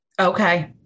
Okay